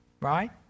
Right